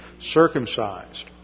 circumcised